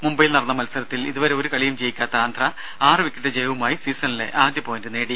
മുംബൈയിൽ നടന്ന മത്സരത്തിൽ ഇതുവരെ ഒരു കളിയും ജയിക്കാത്ത ആന്ധ്ര ആറു വിക്കറ്റ് ജയവുമായി സീസണിലെ ആദ്യ പോയിന്റ് നേടി